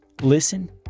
Listen